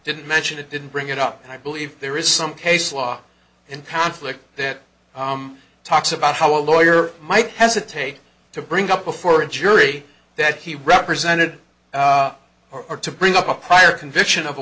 didn't mention it didn't bring it up i believe there is some case law in conflict that talks about how a lawyer might hesitate to bring up before a jury that he represented or to bring up a prior conviction of a